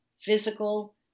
physical